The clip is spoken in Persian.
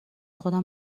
خودم